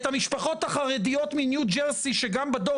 את המשפחות החרדיות מניו-ג'רסי שגם בדור